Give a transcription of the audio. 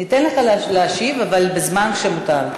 ניתן לך להשיב, אבל בזמן שמותר.